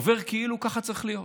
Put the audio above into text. עובר כאילו ככה צריך להיות,